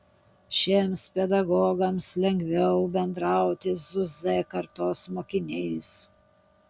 šiems pedagogams lengviau bendrauti su z kartos mokiniais